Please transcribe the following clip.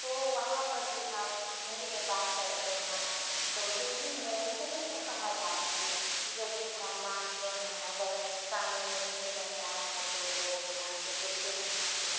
तो वहाँ पर भी हम हिन्दी में बात करते हैं तो हिन्दी में सभी को समझ आती है जो चीज हम माँगते हैं अगर सामने में नहीं रहता है तो वो निकाल के देते हैं हमको